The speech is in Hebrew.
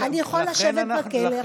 אני יכולה לשבת בכלא,